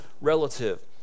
relative